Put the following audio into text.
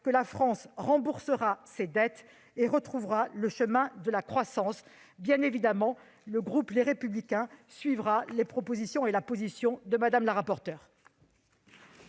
que la France remboursera ses dettes et retrouvera le chemin de la croissance. Bien évidemment, le groupe Les Républicains suivra les propositions et la position de Mme le rapporteur.